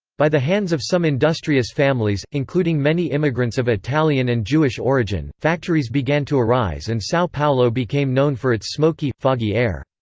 by the hands of some industrious families, including many immigrants of italian and jewish origin, factories began to arise and sao paulo became known for its smoky, foggy air.